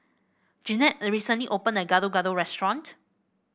Jeanette recently opened a new Gado Gado restaurant